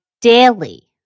daily